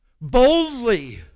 Boldly